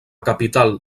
capital